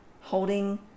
holding